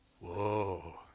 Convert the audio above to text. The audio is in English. Whoa